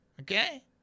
Okay